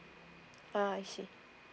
ah I see